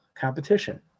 competition